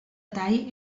tai